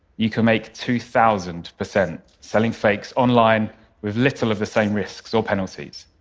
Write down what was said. you can make two thousand percent selling fakes online with little of the same risks or penalties.